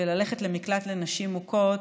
וללכת למקלט לנשים מוכות.